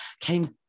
came